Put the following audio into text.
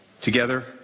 Together